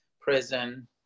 prison